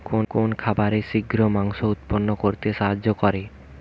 কোন খাবারে শিঘ্র মাংস উৎপন্ন করতে সাহায্য করে?